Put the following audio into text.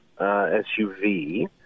SUV